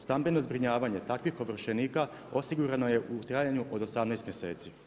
Stambeno zbrinjavanje takvih ovršenika, osigurano je u trajanju od 18. mjeseci.